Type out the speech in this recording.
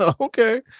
Okay